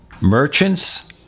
merchants